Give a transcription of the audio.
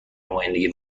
نمایندگی